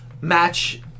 match